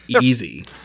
easy